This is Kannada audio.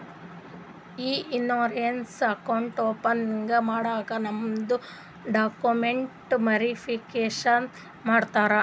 ಇ ಇನ್ಸೂರೆನ್ಸ್ ಅಕೌಂಟ್ ಓಪನಿಂಗ್ ಮಾಡಾಗ್ ನಮ್ದು ಡಾಕ್ಯುಮೆಂಟ್ಸ್ ವೇರಿಫಿಕೇಷನ್ ಮಾಡ್ತಾರ